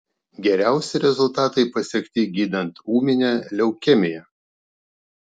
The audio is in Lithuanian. geriausi rezultatai pasiekti gydant ūminę leukemiją